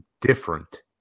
different